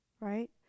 Right